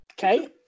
okay